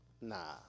Nah